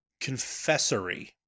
confessory